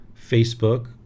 Facebook